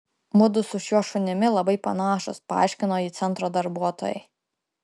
mudu su šiuo šunimi labai panašūs paaiškino ji centro darbuotojai